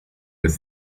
was